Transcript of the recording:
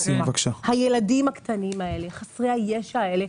הילדים הקטנים הללו חסרי הישע הללו,